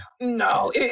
no